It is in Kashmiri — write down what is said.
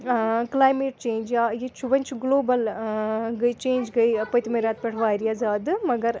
کٕلایمیٹ چینٛج یا یہِ چھُ وۄنۍ چھُ گلوبَل گٔے چینٛج گٔے پٔتمہِ رٮ۪تہٕ پٮ۪ٹھ واریاہ زیادٕ مگر